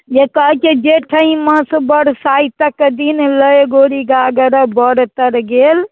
जे कहैत छै